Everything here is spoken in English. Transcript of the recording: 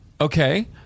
Okay